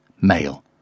Male